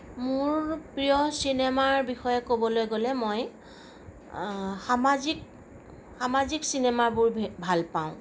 মোৰ প্ৰিয় চিনেমাৰ বিষয়ে ক'বলৈ গ'লে মই সামাজিক সামাজিক চিনেমাবোৰ ভাল পাওঁ